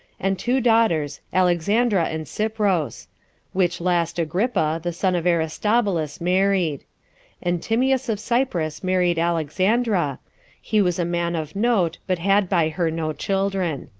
and two daughters, alexandra and cypros which last agrippa, the son of aristobulus, married and timius of cyprus married alexandra he was a man of note, but had by her no children.